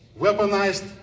weaponized